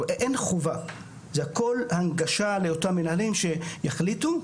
זה הכול הנגשה לאותם מנהלים שיחליטו.